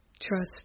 trust